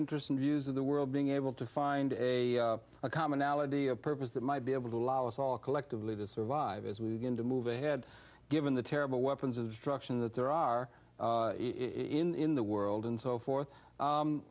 interests and views of the world being able to find a commonality of purpose that might be able to allow us all collectively to survive as we're going to move ahead given the terrible weapons of destruction that there are in the world and so